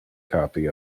copy